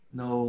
no